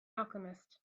alchemist